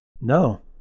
No